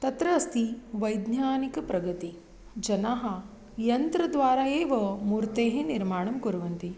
तत्र अस्ति वैज्ञानिकप्रगतिः जनाः यन्त्रद्वारा एव मूर्तेः निर्माणं कुर्वन्ति